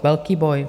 Velký boj.